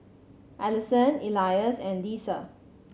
Allyson Elias and Leisa